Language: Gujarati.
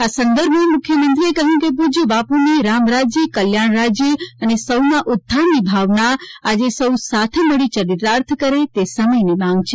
આ સંદર્ભમાં મુખ્યમંત્રીએ કહ્યું કે પૂજ્ય બાપુની રામ રાજ્ય કલ્યાણ રાજ્ય અને સૌના ઉત્થાનની ભાવના આજે સૌ સાથે મળીને યરિતાર્થ કરે તે સમયની માંગ છે